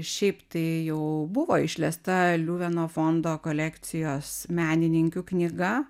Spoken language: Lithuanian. šiaip tai jau buvo išlesta liuveno fondo kolekcijos menininkių knyga